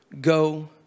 go